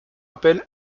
appel